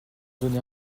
donner